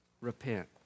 Repent